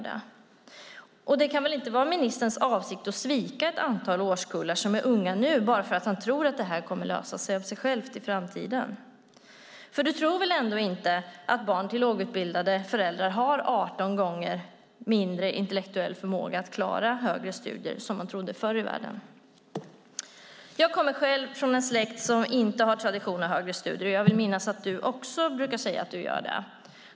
Det kan väl inte vara ministerns avsikt att svika ett antal årskullar som nu är unga bara för att han tror att det kommer att lösa sig av sig själv i framtiden. Du tror väl ändå inte, Jan Björklund, att barn till lågutbildade föräldrar har 18 gånger mindre intellektuell förmåga att klara högre studier, vilket man förr i världen trodde? Jag kommer från en släkt som inte har tradition av högre studier, och jag vill minnas att Jan Björklund brukar säga att han också gör det.